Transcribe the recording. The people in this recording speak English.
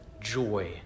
joy